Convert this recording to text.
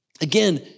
Again